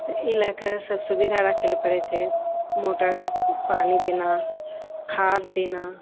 तऽ ई लऽ कऽ सभ सुविधा राखै लए पड़ै छै मोटर पानि देना खाद देना